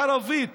הערבית